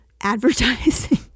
advertising